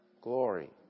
Glory